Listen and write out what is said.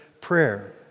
prayer